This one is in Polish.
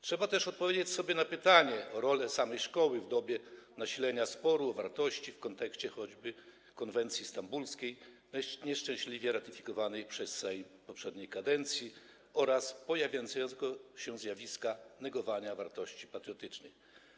Trzeba też odpowiedzieć sobie na pytanie o rolę samej szkoły w dobie nasilenia sporu o wartości w kontekście choćby konwencji stambulskiej, nieszczęśliwie ratyfikowanej przez Sejm poprzedniej kadencji oraz pojawiającego się zjawiska negowania wartości patriotycznych.